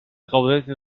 caudete